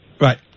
Right